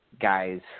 guys